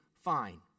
fine